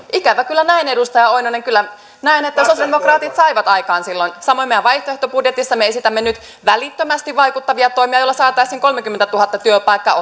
ikävä kyllä näin edustaja oinonen kyllä näen että sosialidemokraatit saivat aikaan silloin samoin meidän vaihtoehtobudjetissamme me esitämme nyt välittömästi vaikuttavia toimia joilla saataisiin kolmekymmentätuhatta työpaikkaa